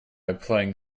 applying